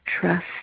Trust